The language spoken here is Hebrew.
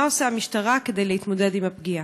2. מה עושה המשטרה כדי להתמודד עם הפגיעה?